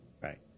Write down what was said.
Right